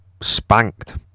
spanked